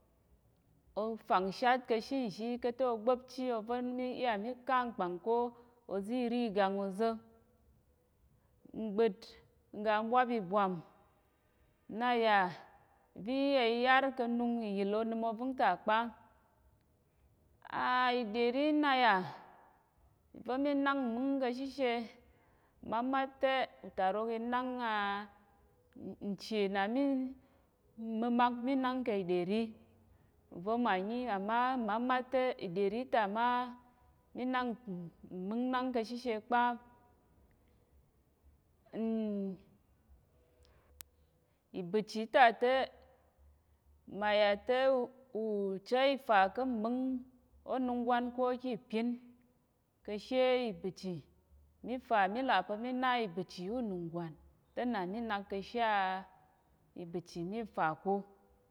Ofangshat kashi nzhi ka̱to gba̱pchi ovo mi iya mi kal nkpang ko oziri gang oza̱, mbəd nga bwap ibwam naya vi iyeyar ka̱nung iyil onim ovingta kpa a iɗyeri naya va̱ minang mmíng kashishe mamat te utarok inang a nche na mi nma̱mak minang kə ɗyeri nva̱ manyi ama mamat te iɗyeri ta ma minang nmíng nang kashishe kpa ibəchi ta te maya te ucha ifa ka̱ mmíng onungwan ko kipin kashe ibəchi mifa milapa̱ mina ibəchi unungwan tena minak ka̱she a ibəchi mifa ko.